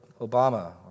Obama